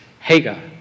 Hagar